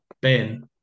Ben